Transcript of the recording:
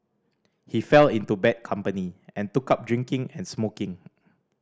he fell into bad company and took up drinking and smoking